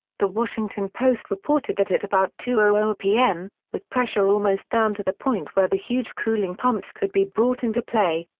the washington post reported that at about two zero p m, with pressure almost down to the point where the huge cooling pumps could be brought into play,